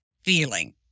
feeling